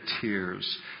tears